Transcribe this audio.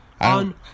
On